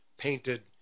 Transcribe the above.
Painted